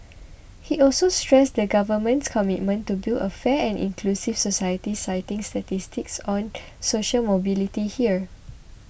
he also stressed the Government's commitment to build a fair and inclusive society citing statistics on social mobility here